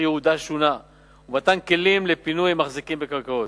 ייעודה שונה ומתן כלים לפינוי מחזיקים בקרקעות.